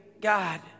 God